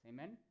Amen